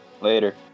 Later